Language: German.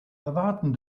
erwarten